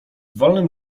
wolnym